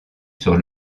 sur